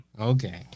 okay